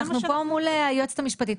אנחנו פה מול היועצת המשפטית.